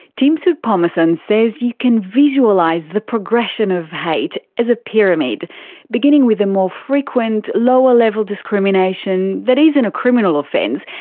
tim soutphommasane says you can visualise the progression of hate as a pyramid beginning with the more frequent, lower level discrimination that isn't a criminal offence,